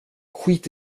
skit